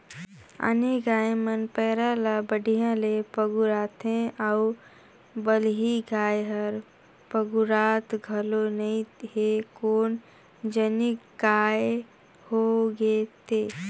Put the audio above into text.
आने गाय मन पैरा ला बड़िहा ले पगुराथे अउ बलही गाय हर पगुरात घलो नई हे कोन जनिक काय होय गे ते